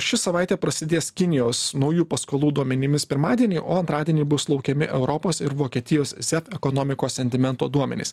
ši savaitė prasidės kinijos naujų paskolų duomenimis pirmadienį o antradienį bus laukiami europos ir vokietijos set ekonomikos sentimento duomenys